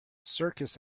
circus